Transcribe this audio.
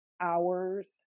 hours